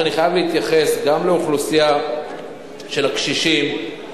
אני חייב להתייחס גם לאוכלוסייה של הקשישים.